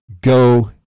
go